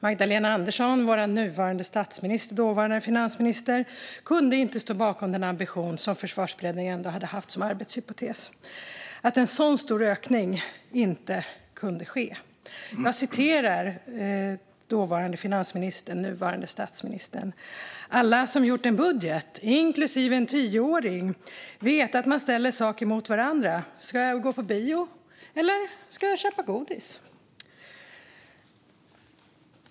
Magdalena Andersson, vår nuvarande statsminister och vår dåvarande finansminister, kunde inte stå bakom den ambitionen och menade att en så stor ökning inte kunde ske. Jag citerar den dåvarande finansministern och nuvarande statsministern: "Alla som har gjort en budget, inklusive en tioåring, vet att man ställer saker mot varandra. Ska jag gå på bio, eller ska jag köpa godis?"